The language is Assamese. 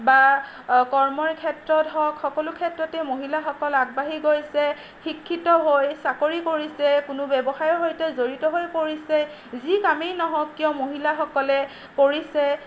বা কৰ্মৰ ক্ষেত্ৰত হওক সকলো ক্ষেত্ৰতেই মহিলাসকল আগবাঢ়ি গৈছে শিক্ষিত হৈ চাকৰি কৰিছে কোনো ব্যৱসায়ৰ সৈতে জড়িত হৈ পৰিছে যি কামেই নহওক কিয় মহিলাসকলে কৰিছে